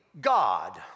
God